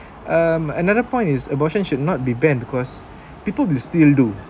um another point is abortion should not be banned because people will still do